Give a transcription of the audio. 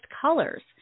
colors